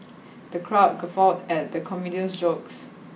the crowd guffawed at the comedian's jokes